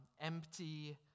empty